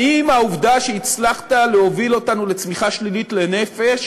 האם העובדה שהצלחת להוביל אותנו לצמיחה שלילית לנפש